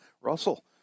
Russell